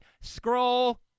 Scroll